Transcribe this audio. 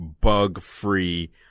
bug-free